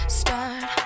start